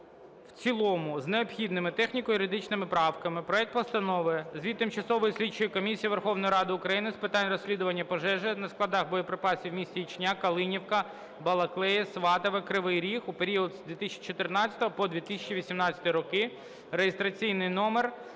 в цілому з необхідними техніко-юридичними правками проект Постанови Звіт Тимчасової слідчої комісії Верховної Ради України з питань розслідування пожежі на складах боєприпасів в місті Ічня, Калинівка, Балаклія, Сватове, Кривий Ріг у період з 2014 по 2018 роки (реєстраційний номер